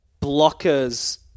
blockers